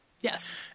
Yes